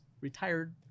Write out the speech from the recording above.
retired